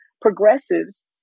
progressives